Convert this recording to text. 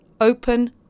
open